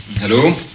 Hallo